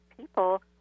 people